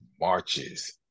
marches